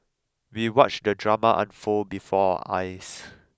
we watched the drama unfold before our eyes